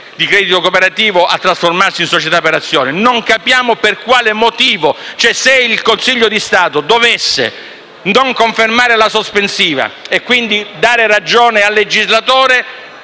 in società per azioni. Se il Consiglio di Stato dovesse non confermare la sospensiva e quindi dare ragione al legislatore,